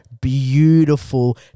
beautiful